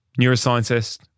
neuroscientist